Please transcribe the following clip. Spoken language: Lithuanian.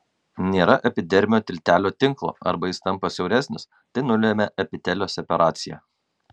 nėra epidermio tiltelio tinklo arba jis tampa siauresnis tai nulemia epitelio separaciją